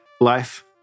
life